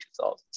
2000s